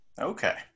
Okay